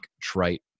trite